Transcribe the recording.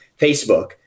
Facebook